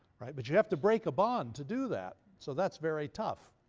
right? but you have to break a bond to do that. so that's very tough.